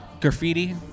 Graffiti